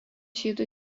žydų